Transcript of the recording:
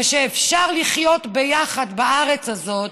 ושאפשר לחיות ביחד בארץ הזאת